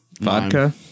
Vodka